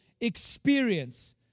experience